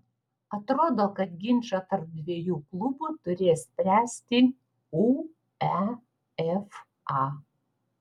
atrodo kad ginčą tarp dviejų klubų turės spręsti uefa